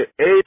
eight